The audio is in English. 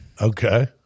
Okay